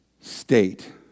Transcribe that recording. state